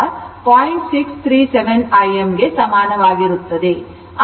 637 Im ಗೆ ಸಮಾನವಾಗಿರುತ್ತದೆ